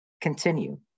continue